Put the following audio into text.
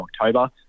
October